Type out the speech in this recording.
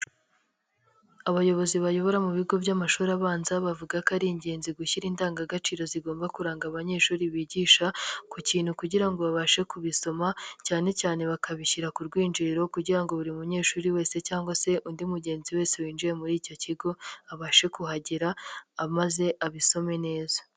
Abayobozi bayobora mu bigo by'amashuri abanza bavuga ko ari ingenzi gushyira indangagaciro zigomba kuranga abanyeshuri bigisha ku kintu kugira ngo babashe kubisoma cyanecyane bakabishyira ku rwinjiriro kugira ngo buri munyeshuri wese cyangwa se undi mugenzi wese winjiye muri icyo kigo abashe kuhagera maze abisome neza.